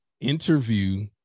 interview